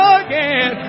again